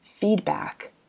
feedback